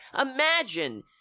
imagine